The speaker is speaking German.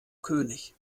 könig